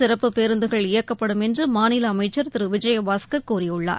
சிறப்பு பேருந்துகள் இயக்கப்படும் என்று மாநில அமைச்சர் திரு விஜயபாஸ்கர் கூறியுள்ளார்